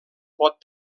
pot